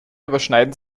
überschneiden